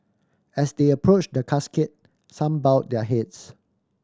as they approached the casket some bowed their heads